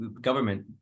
government